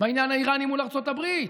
בעניין האיראני מול ארצות הברית,